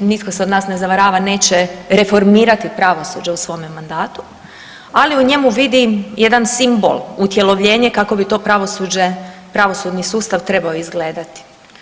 nitko se od nas ne zavarava neće reformirati pravosuđe u svome mandatu, ali u njemu vidim jedan simbol utjelovljenje kako bi to pravosuđe, pravosudni sustav trebao izgledati.